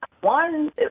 one